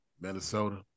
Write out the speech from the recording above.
Minnesota